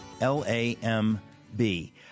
L-A-M-B